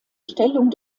stellung